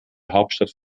hauptstadt